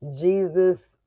Jesus